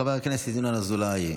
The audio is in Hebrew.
חבר הכנסת ינון אזולאי,